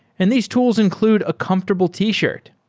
and these tools include a comfortable t-shirt.